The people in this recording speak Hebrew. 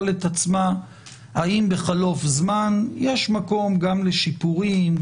את עצמה אם בחלוף זמן יש מקום גם לשיפורים,